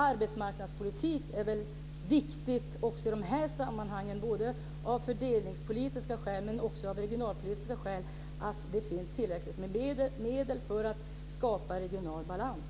Arbetsmarknadspolitik är väl viktigt också i dessa sammanhang. Både av fördelningspolitiska och av regionalpolitiska skäl är det viktigt att det finns tillräckligt med medel för att skapa regional balans.